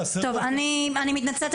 אני מתנצלת,